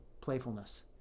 playfulness